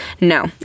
No